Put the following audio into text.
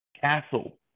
castle